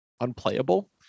unplayable